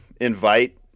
invite